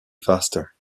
faster